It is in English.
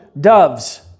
doves